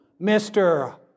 Mr